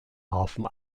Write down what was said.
hafen